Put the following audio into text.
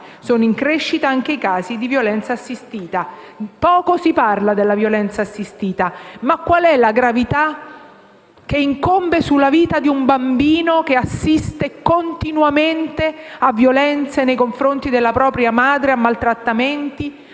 sono in crescita anche i casi di violenza assistita. Poco si parla della violenza assistita, ma qual è la gravità che incombe sulla vita di un bambino che assiste continuamente a violenze nei confronti della propria madre, a maltrattamenti,